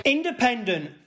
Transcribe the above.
Independent